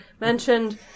mentioned